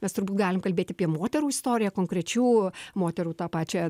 mes turbūt galim kalbėti apie moterų istoriją konkrečių moterų tą pačią